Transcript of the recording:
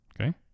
Okay